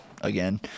again